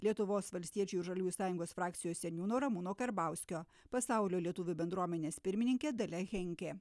lietuvos valstiečių ir žaliųjų sąjungos frakcijos seniūno ramūno karbauskio pasaulio lietuvių bendruomenės pirmininkė dalia henkė